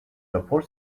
rapor